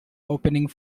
opening